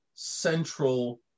central